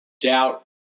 doubt